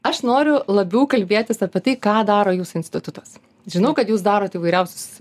aš noriu labiau kalbėtis apie tai ką daro jūsų institutas žinau kad jūs darot įvairiausius